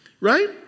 Right